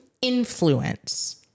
influence